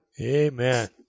Amen